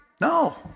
No